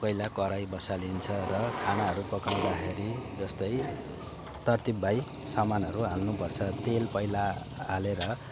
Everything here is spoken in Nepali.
पहिला कराई बसालिन्छ र खानाहरू पकाउँदाखेरि जस्तै तर्तिपबाइ सामानहरू हाल्नुपर्छ तेल पहिला हालेर